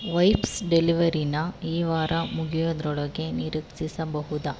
wipes ಡೆಲಿವರಿನಾ ಈ ವಾರ ಮುಗಿಯೋದ್ರೊಳಗೆ ನಿರೀಕ್ಷಿಸಬಹುದಾ